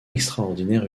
extraordinaire